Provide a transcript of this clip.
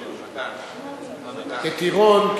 כטירון,